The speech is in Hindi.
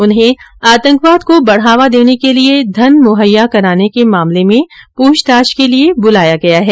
उन्हें आतंकवाद को बढ़ावा देने के लिए धन मुहैया कराने के मामले में पूछताछ के लिए ब्रलाया गया है